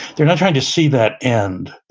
they're not trying to see that end,